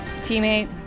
teammate